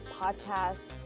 podcast